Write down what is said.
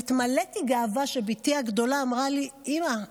נתמלאתי גאווה כשבתי הגדולה אמרה לי: אימא,